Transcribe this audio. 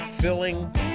filling